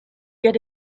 get